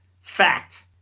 fact